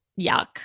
yuck